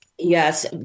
Yes